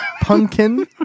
Pumpkin